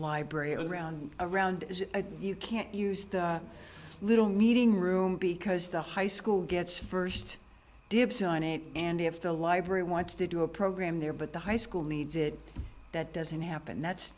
library or around around as if you can't use the little meeting room because the high school gets first dibs on it and if the library wants to do a program there but the high school needs it that doesn't happen that's